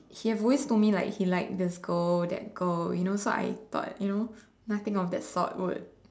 he has always told me like he like this girl that girl you know so I thought you know nothing of that sort would